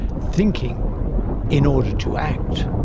thinking in order to act,